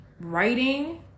writing